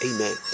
Amen